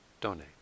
donate